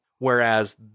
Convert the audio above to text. Whereas